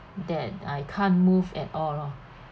that I can't move at all lor